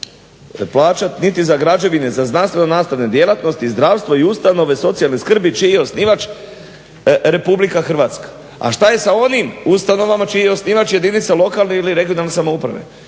plaćat niti za građevine, za znanstveno-nastavne djelatnosti, zdravstvo i ustanove socijalne skrbi čiji je osnivač Republika Hrvatska. A šta je sa onim ustanovama čiji je osnivač jedinica lokalne ili regionalne samouprave.